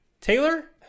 Taylor